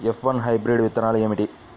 F one hybrid విత్తనాలు ఏమిటి?